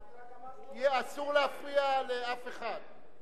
לא, אני רק אמרתי, אסור להפריע לאף אחד.